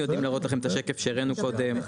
יודעים להראות לכם את השקף שהראינו קודם,